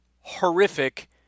horrific